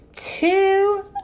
Two